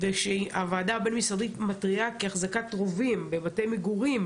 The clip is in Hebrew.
והוועדה הבין-משרדית מתריעה כי החזקת רובים בבתי מגורים,